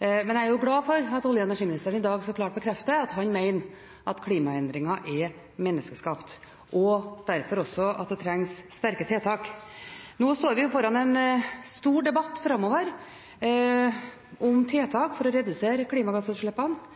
men jeg er glad for at olje- og energiministeren i dag så klart bekrefter at han mener at klimaendringer er menneskeskapt, og derfor også at det trengs sterke tiltak. Nå står vi foran en stor debatt framover om tiltak for å redusere klimagassutslippene,